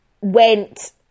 went